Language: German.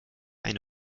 eine